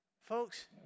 Folks